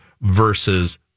versus